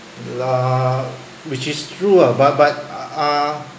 lah which is true ah but but uh